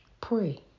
Pray